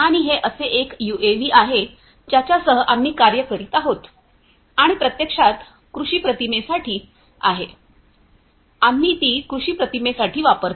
आणि हे असे एक यूएव्ही आहे ज्याच्यासह आम्ही कार्य करीत आहोत आणि ही प्रत्यक्षात कृषी प्रतिमेसाठी आहे आम्ही ती कृषी प्रतिमेसाठी वापरतो